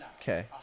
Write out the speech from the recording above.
Okay